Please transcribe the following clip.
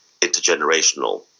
intergenerational